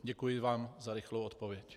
Děkuji vám za rychlou odpověď.